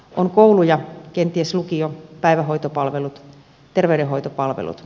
on kouluja kenties lukio päivähoitopalvelut terveydenhoitopalvelut